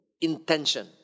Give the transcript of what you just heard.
intention